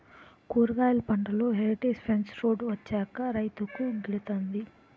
కూరగాయలు పంటలో heritage fence road వచ్చాక రైతుకు గిడతంది